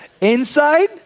Inside